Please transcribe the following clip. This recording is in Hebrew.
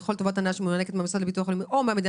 לכל טובת הנאה שמוענקת מהמוסד לביטוח לאומי או מהמדינה